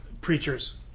preachers